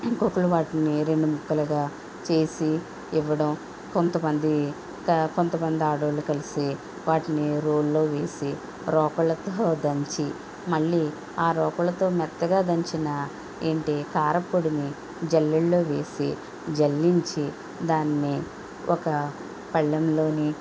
ఇంకొకళ్ళు వాటిని రెండు ముక్కలుగా చేసి ఇవ్వడం కొంతమంది కొంతమంది ఆడవాళ్ళు కలిసి వాటిని రోల్లో వేసి రోకళ్ళతో దంచి మళ్ళీ ఆ రోకళ్ళతో మెత్తగా దంచిన ఏంటి కారం పొడిని జెలెడల్లో వేసి జల్లించి దాన్ని ఒక పళ్ళెంలోని